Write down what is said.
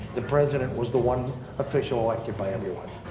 the president was the one official elected by everyone,